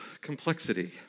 complexity